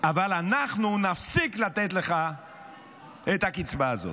אבל אנחנו נפסיק לתת לך את הקצבה הזאת.